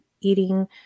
eating